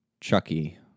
Chucky